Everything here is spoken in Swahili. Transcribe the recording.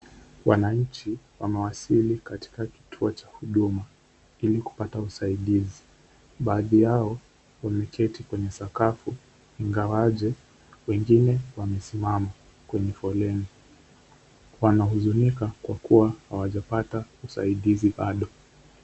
Wananchi wamewasili katika kituo cha huduma ili kupata usaidizi, baadhi yao , wameketi kwenye sakafu ingawaje wengine wamesimama kwenye foleni, wanahuzunika kwa kuwa hawajapata usaidizi bado.